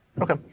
Okay